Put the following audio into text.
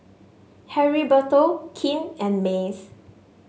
Heriberto Kim and Mace